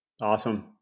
Awesome